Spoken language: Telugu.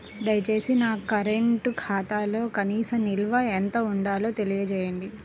దయచేసి నా కరెంటు ఖాతాలో కనీస నిల్వ ఎంత ఉండాలో తెలియజేయండి